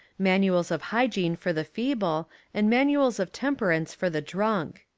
manuals of hygiene for the feeble and manuals of temperance for the drunk.